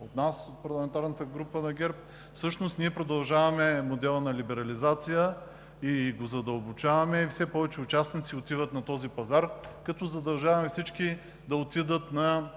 от нас, от парламентарната група на ГЕРБ, всъщност ние развиваме модела на либерализация и го задълбочаваме. Все повече участници отиват на този пазар. Като задължаваме всички да отидат на Българската